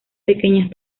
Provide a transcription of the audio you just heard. pequeñas